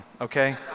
okay